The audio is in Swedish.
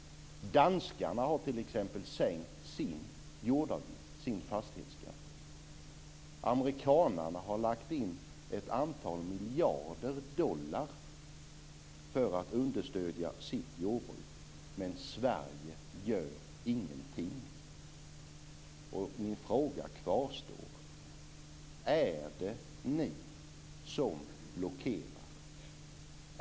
Danskarna har t.ex. sänkt sin jordavgift, sin fastighetsskatt. Amerikanarna har lagt in ett antal miljarder dollar för att understödja sitt jordbruk. Men Sverige gör ingenting. Min fråga kvarstår: Är det ni som blockerar?